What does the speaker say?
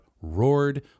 roared